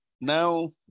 Now